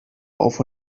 auf